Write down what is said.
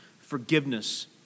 forgiveness